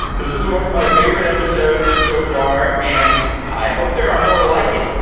this is one of my favorite episodes so far, and i hope there are more like it.